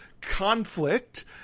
conflict